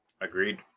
Agreed